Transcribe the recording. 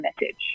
message